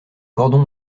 cordon